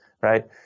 right